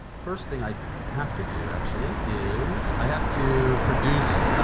first thing i have to do, actually, is i have to produce